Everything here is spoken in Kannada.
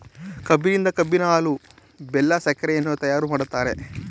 ಕಬ್ಬಿನಿಂದ ಕಬ್ಬಿನ ಹಾಲು, ಬೆಲ್ಲ, ಸಕ್ಕರೆಯನ್ನ ತಯಾರು ಮಾಡ್ತರೆ